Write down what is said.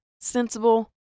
Sensible